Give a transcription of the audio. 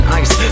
ice